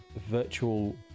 virtual